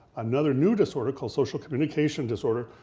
another new disorder, called social communication disorder,